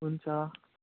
हुन्छ